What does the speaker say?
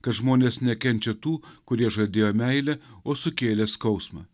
kad žmonės nekenčia tų kurie žadėjo meilę o sukėlė skausmą